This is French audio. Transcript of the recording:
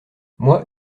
moi